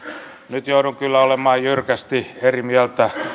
nyt joudun kyllä olemaan jyrkästi eri mieltä